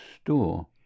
store